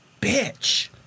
bitch